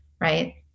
right